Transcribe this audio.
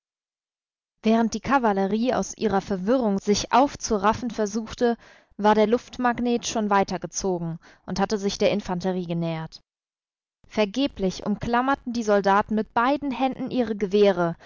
während die kavallerie aus ihrer verwirrung sich aufzuraffen versuchte war der luftmagnet schon weitergezogen und hatte sich der infanterie genähert vergeblich umklammerten die soldaten mit beiden händen ihre gewehre